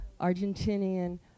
Argentinian